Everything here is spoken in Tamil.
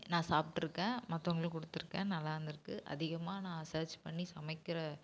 நான் சாப்பிட்ருக்கேன் மற்றவுங்களுக்கும் கொடுத்துருக்கேன் நல்லா இருந்துருக்கு அதிகமாக நான் சர்ச் பண்ணி சமைக்கிற